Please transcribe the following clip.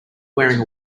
wearing